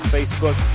Facebook